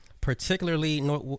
particularly